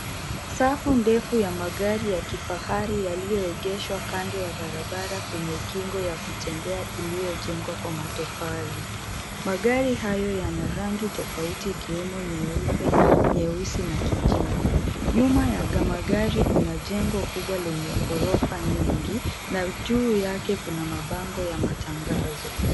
Safu ndefu ya magari ya kifahari yaliyoegeshwa kando ya barabara kwenye kingo ya kutembea iliyojengwa kwa matofali. Magari hayo yana rangi tofauti ikiwemo nyeupe, nyeusi na kijivu. Nyuma ya magari kuna jengo kubwa lenye ghorofa nyingi na juu yake kuna mabango ya matangazo.